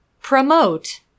Promote